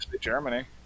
Germany